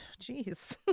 Jeez